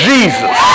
Jesus